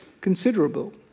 considerable